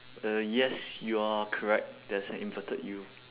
uh yes you are correct there's an inverted U